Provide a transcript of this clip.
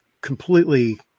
completely